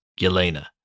Yelena